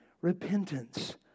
repentance